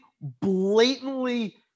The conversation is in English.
blatantly